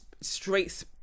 straight